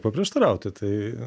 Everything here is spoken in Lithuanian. paprieštarauti tai